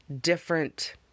different